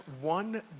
one